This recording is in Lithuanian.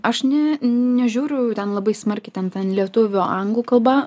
aš ne nežiūriu ten labai smarkiai ten ten lietuvių anglų kalba